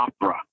opera